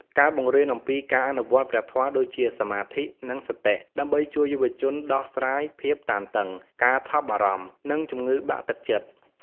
ការបង្រៀនអំពីការអនុវត្តព្រះធម៌ដូចជាសមាធិ និងសតិ ដើម្បីជួយយុវជនដោះស្រាយភាពតានតឹង ការថប់បារម្ភ និងជំងឺបាក់ទឹកចិត្ត។